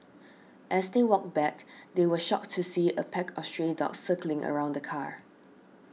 as they walked back they were shocked to see a pack of stray dogs circling around the car